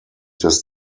des